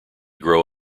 grow